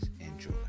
Enjoy